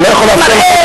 אני לא יכול לאפשר לך